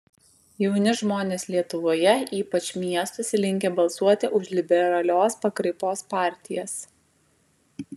jauni žmonės lietuvoje ypač miestuose linkę balsuoti už liberalios pakraipos partijas